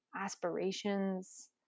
aspirations